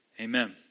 amen